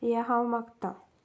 हें हांव मागतां